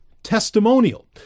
testimonial